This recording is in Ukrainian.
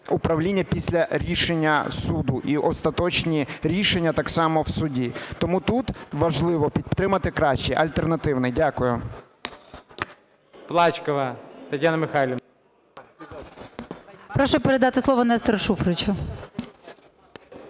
управління після рішення суду і остаточні рішення так само в суді. Тому тут важливо підтримати кращий, альтернативний. Дякую.